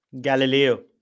Galileo